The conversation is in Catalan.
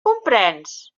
comprens